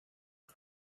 who